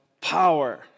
power